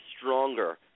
stronger